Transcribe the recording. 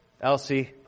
Elsie